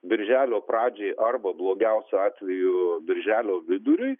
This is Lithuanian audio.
birželio pradžiai arba blogiausiu atveju birželio viduriui